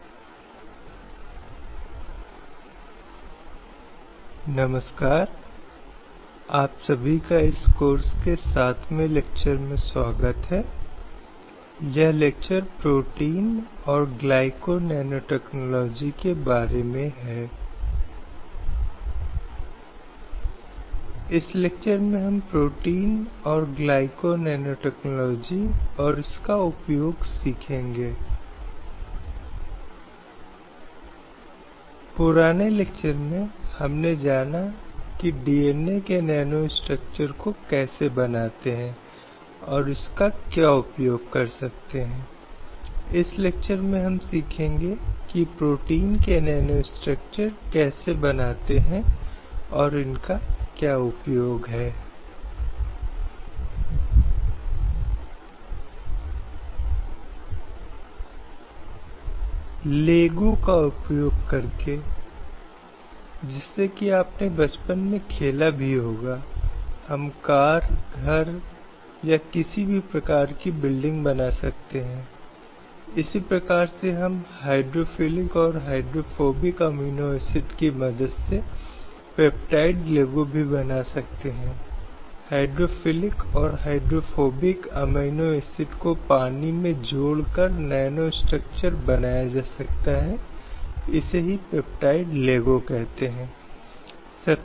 NPTEL NPTEL online प्रमाणन पाठ्यक्रम NPTEL online certification course लैंगिक न्याय एवं कार्यस्थल सुरक्षा पर पाठ्यक्रम course on gender justice and workplace security Prodipa Dubey द्वारा राजीव गांधी बौद्धिक संपदा कानून विद्यालय Rajiv Gandhi school of intellectual property law I I T Kharagpur व्याख्यान 07 संवैधानिक परिप्रेक्ष्य आपका स्वागत है प्रिय छात्रों मैं लिंग न्याय और कार्यस्थल सुरक्षा पर पाठ्यक्रम में आपका स्वागत करता हूं